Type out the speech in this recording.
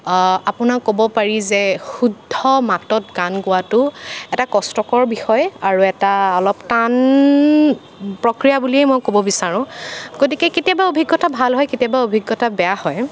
আপোনাৰ ক'ব পাৰি যে শুদ্ধ মাতত গান গোৱাটো এটা কষ্টকৰ বিষয় আৰু এটা অলপ টান প্ৰক্ৰিয়া বুলিয়ে মই ক'ব বিচাৰোঁ গতিকে কেতিয়াবা অভিজ্ঞতা ভাল হয় কেতিয়াবা অভিজ্ঞতা বেয়া হয়